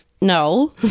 No